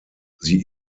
sie